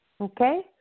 okay